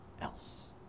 else